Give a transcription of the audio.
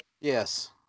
Yes